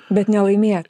bet nelaimėt